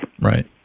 right